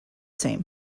same